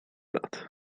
lat